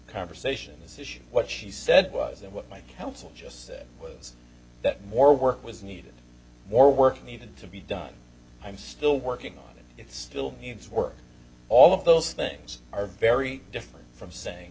conversation this issue what she said was that what my counsel just said was that more work was need more work needed to be done i'm still working on it it still needs work all of those things are very different from saying